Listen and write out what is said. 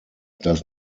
does